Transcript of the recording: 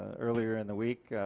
ah earlier in the week,